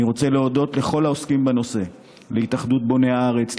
אני רוצה להודות לכל העוסקים בנושא: להתאחדות בוני הארץ,